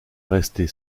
restée